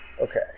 Okay